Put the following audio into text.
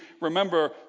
remember